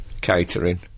catering